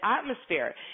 atmosphere